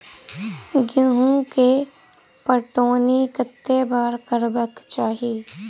गेंहूँ केँ पटौनी कत्ते बेर करबाक चाहि?